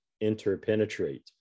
interpenetrate